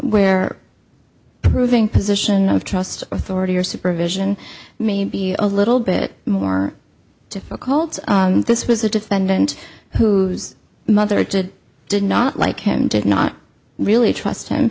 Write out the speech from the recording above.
where proving position of trust authority or supervision may be a little bit more difficult this was a defendant who's mother did did not like him did not really trust him